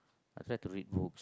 I tried to read book